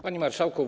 Panie Marszałku!